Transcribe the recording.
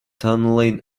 tunneling